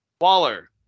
Waller